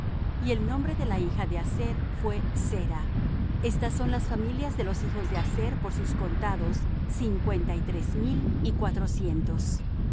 y el nombre de la hija de aser fué sera estas son las familias de los hijos de aser por sus contados cincuenta y tres mil y cuatrocientos